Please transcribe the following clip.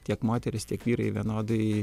tiek moterys tiek vyrai vienodai